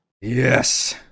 Yes